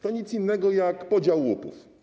To nic innego jak podział łupów.